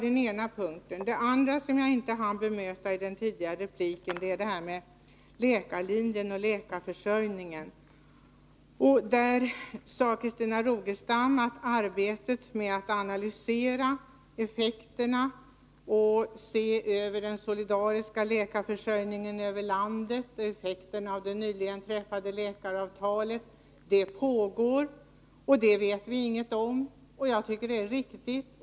En andra punkt som jag inte hann bemöta i min tidigare replik gällde läkarlinjen och läkarförsörjningen. Christina Rogestam sade att arbetet med att se över den solidariska läkarförsörjningen i landet och att analysera effekterna av det nyligen träffade läkaravtalet pågår — resultatet härav vet vi inget om. Jag tycker att det är riktigt.